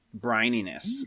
brininess